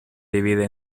divide